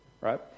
right